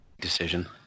decision